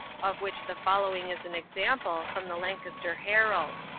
of which the following is an example, from the lancaster herald.